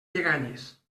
lleganyes